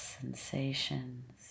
sensations